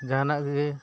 ᱡᱟᱦᱟᱱᱟᱜ ᱜᱮ